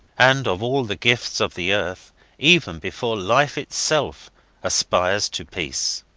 and of all the gifts of the earth even before life itself aspires to peace.